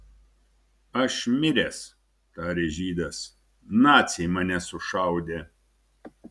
aš miręs tarė žydas naciai mane sušaudė